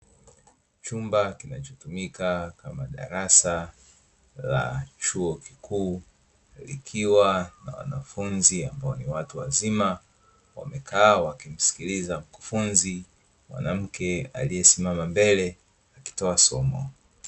Chumba kinachotumika kama darasa la chuo kikuu likiwa na wanafunzi ambao ni watu wazima, wamekaa wakimsikiliza mkufunzi mwanamke aliesimama mbele akitoa somo.